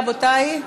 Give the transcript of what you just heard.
רבותי?